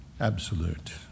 absolute